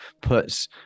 puts